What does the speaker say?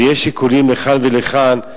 ויש שיקולים לכאן ולכאן.